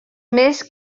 més